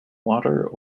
water